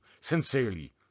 Sincerely